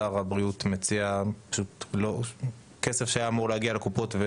שר הבריאות מציע כסף שאמור היה להגיע לקופות אבל